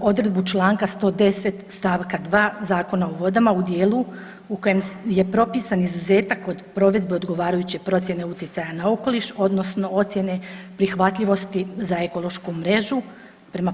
odredbu čl. 110. st. 2. Zakona o vodama u dijelu u kojem je propisan izuzetak od provedbe odgovarajuće procijene utjecaja na okoliš odnosno ocijene prihvatljivosti za ekološku mrežu prema